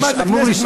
אמור לשאוב,